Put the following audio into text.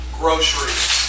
groceries